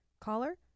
Caller